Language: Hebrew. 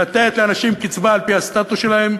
לתת לאנשים קצבה על-פי הסטטוס שלהם,